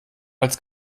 als